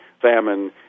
famine